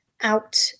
out